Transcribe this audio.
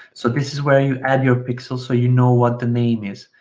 so this is where you add your pixel so you know what the name is.